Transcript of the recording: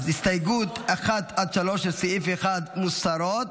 הסתייגויות 1 3, לסעיף 1, מוסרות.